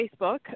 Facebook